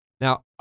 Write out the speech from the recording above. Now